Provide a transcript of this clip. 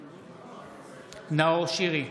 נגד נאור שירי,